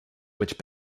which